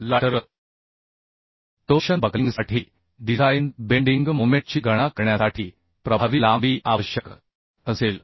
बाजूकडील टोर्शन बकलिंगसाठी design bending मोमेंटची गणना करण्यासाठी प्रभावी लांबी आवश्यक असेल